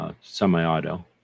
Semi-auto